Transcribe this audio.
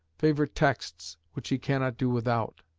favourite texts, which he cannot do without.